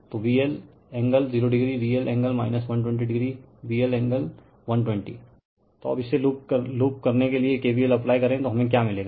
तो VLएंगल 0o VL0oVL refer slide time 2411 अबइसे लूप करने के लिए KVL अप्लाई करे तो हमे क्या मिलेगा